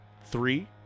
Three